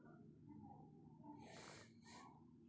कर मुक्त क्षेत्र मे गोपनीयता मे सब सं निच्चो स्थान मे आयरलैंड छै